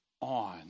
on